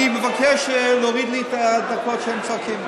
אני מבקש להוריד לי את הדקות שהם צועקים.